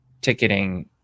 ticketing